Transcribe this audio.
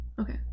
Okay